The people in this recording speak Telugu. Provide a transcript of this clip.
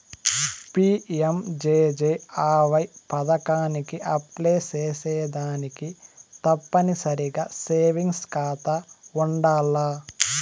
పి.యం.జే.జే.ఆ.వై పదకానికి అప్లై సేసేదానికి తప్పనిసరిగా సేవింగ్స్ కాతా ఉండాల్ల